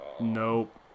Nope